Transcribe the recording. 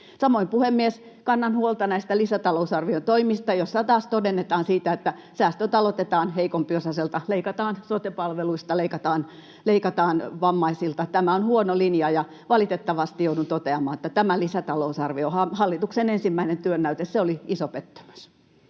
Samoin, puhemies, kannan huolta näistä lisätalousarviotoimista, joissa taas todennetaan sitä, että säästöt aloitetaan heikompiosaisilta, leikataan sote-palveluista, leikataan vammaisilta. Tämä on huono linja. Valitettavasti joudun toteamaan, että tämä lisätalousarvio, hallituksen ensimmäinen työnäyte, oli iso pettymys.